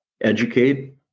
educate